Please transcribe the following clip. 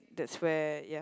that's where ya